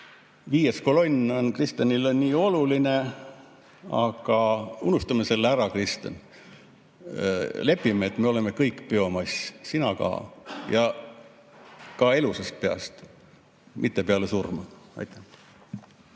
viies kolonn on Kristenile nii oluline. Aga unustame selle ära, Kristen. Lepime, et me oleme kõik biomass, sina ka. Ja ka elusast peast, mitte peale surma. Aitäh!